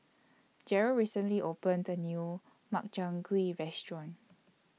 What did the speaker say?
Jerrel recently opened The New Makchang Gui Restaurant